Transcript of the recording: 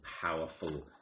powerful